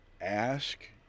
ask